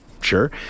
sure